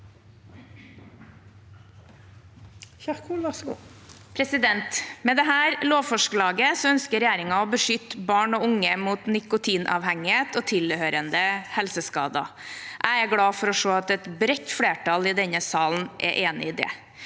Med dette lov- forslaget ønsker regjeringen å beskytte barn og unge mot nikotinavhengighet og tilhørende helseskader. Jeg er glad for å se at et bredt flertall i denne salen er enig i det.